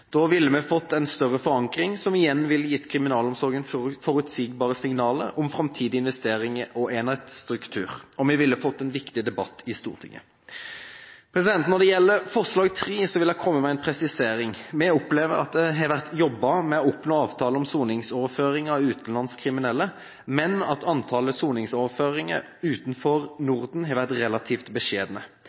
Da ville vi fått en større forankring, som igjen ville gitt kriminalomsorgen forutsigbare signaler om framtidige investeringer og enhetsstruktur, og vi ville fått en viktig debatt i Stortinget. Når det gjelder forslag nr. 3, vil jeg komme med en presisering. Vi opplever at det har vært jobbet med å oppnå avtaler om soningsoverføring av utenlandske kriminelle, men at antallet soningsoverføringer utenfor Norden har vært relativt